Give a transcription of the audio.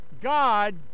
God